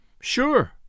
Sure